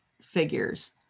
figures